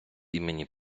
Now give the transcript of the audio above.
імені